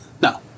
No